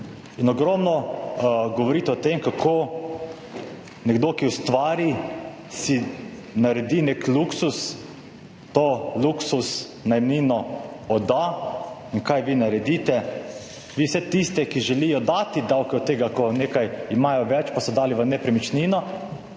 In ogromno govorite o tem, kako nekdo, ki ustvari, si naredi nek luksuz, to luksuz najemnino odda in kaj vi naredite, vi vse tiste, ki želijo dati davke od tega, ko nekaj imajo, več pa so dali v nepremičnino,